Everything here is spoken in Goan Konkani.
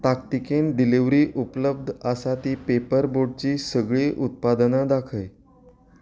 ताकतिकेन डिलिव्हरी उपलब्ध आसात तीं पेपर बोटचीं सगळीं उत्पादनां दाखय